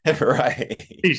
right